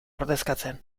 ordezkatzen